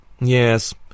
Yes